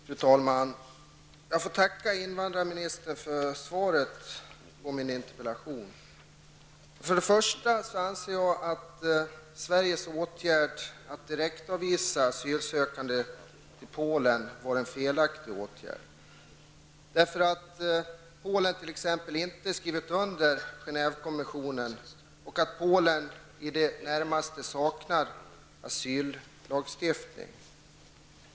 Fru talman! Jag får tacka invandrarministern för svaret på min interpellation. Jag anser att Sveriges åtgärd att direktavvisa asylsökande till Polen var felaktig, bl.a. därför att Polen inte har skrivit under Genèvekonventionen och därför att Polen i det närmaste saknar asyllagstiftning.